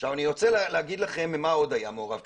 עכשיו אני רוצה להגיד לכם מה עוד היה מעורב,